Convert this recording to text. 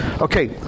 Okay